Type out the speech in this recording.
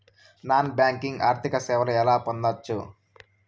Non banking ఆర్థిక సేవలు ఎలా పొందొచ్చు?